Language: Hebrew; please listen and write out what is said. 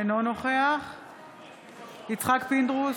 אינו נוכח יצחק פינדרוס,